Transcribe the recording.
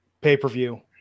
pay-per-view